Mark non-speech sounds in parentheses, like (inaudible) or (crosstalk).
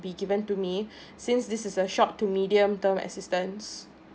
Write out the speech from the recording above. be given to me (breath) since this is a short to medium term assistance